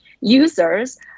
users